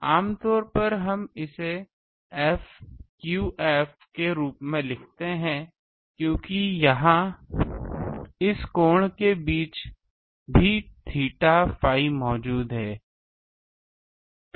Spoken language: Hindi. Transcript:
हम आम तौर पर इसे Fq f के रूप में लिखते हैं क्योंकि यहाँ इस कोण के बीच भी theta phi मौजूद है